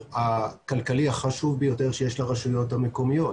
הכלכלי החשוב ביותר שיש לרשויות המקומיות.